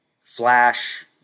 Flash